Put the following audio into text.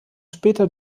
später